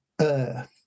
Earth